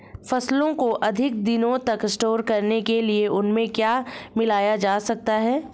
फसलों को अधिक दिनों तक स्टोर करने के लिए उनमें क्या मिलाया जा सकता है?